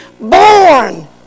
born